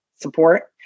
support